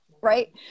right